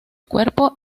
cuerpo